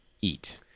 eat